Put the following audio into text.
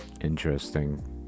Interesting